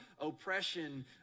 oppression